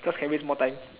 cause can waste more time